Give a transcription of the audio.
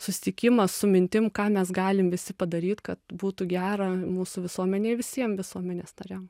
susitikimas su mintim ką mes galim visi padaryt kad būtų gera mūsų visuomenėj visiem visuomenės nariam